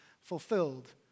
fulfilled